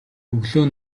өглөө